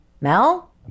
Mel